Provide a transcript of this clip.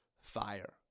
fire